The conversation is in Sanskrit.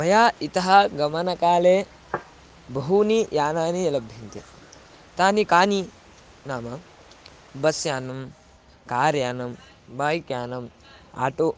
मया इतः गमनकाले बहूनि यानानि लभ्यन्ते तानि कानि नाम बस् यानं कार् यानं बैक् यानम् आटो